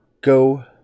go